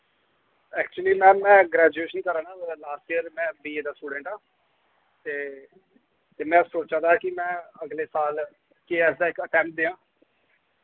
actually ma'am में graduation करा नां मेरा लास्ट इयर ऐ में बी ए दा स्टूडैंट आं ते ते में सोचा दा कि में अगले साल के ऐस्स दा इक अटैंम्प्ट देआं